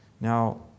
Now